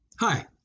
Hi